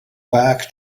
back